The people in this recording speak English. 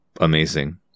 Amazing